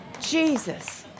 Jesus